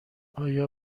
ایا